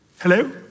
Hello